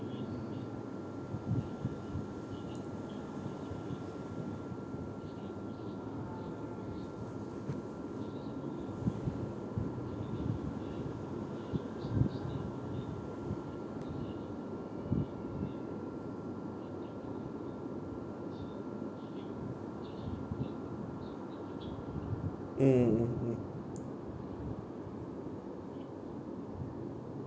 mm mm mm